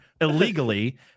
illegally